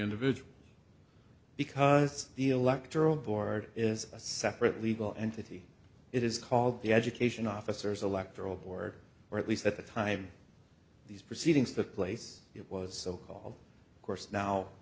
individuals because the electoral board is a separate legal entity it is called the education officers electoral board or at least at the time these proceedings took place it was so called course now